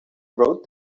wrote